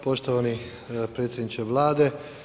Poštovani predsjedniče Vlade.